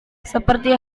seperti